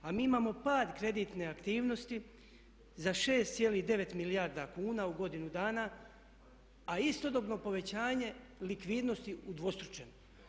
A mi imamo pad kreditne aktivnosti za 6,9 milijardi kuna u godinu dana a istodobno povećanje likvidnosti udvostručeno.